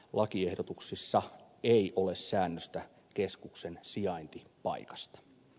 lakiehdotuksissa ei ole säännöstä keskuksen sijaintipaikasta